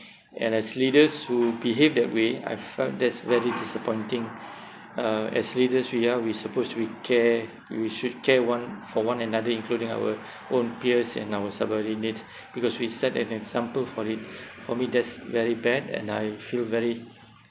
and as leaders who behave that way I find that's very disappointing uh as leaders we are we supposed to be care we should care one for one another including our own peers and our subordinates because we set an example for it for me that's very bad and I feel very